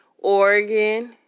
Oregon